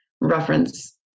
reference